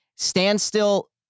standstill